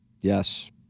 yes